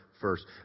first